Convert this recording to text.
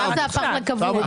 עכשיו זה הפך לקבוע.